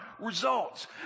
results